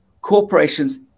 corporations